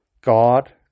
God